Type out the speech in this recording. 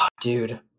dude